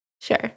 Sure